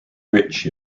rich